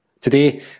Today